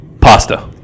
Pasta